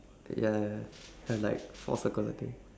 ya had like four circles I think